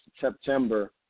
September